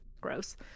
gross